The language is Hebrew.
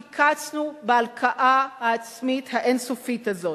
כי קצנו בהלקאה העצמית האין-סופית הזאת.